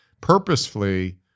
purposefully